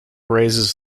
raises